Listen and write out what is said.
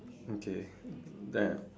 okay then